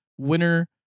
Winner